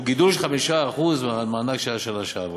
שהוא גידול של 5% מהמענק שהיה בשנה שעברה,